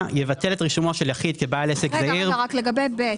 לגבי (ב),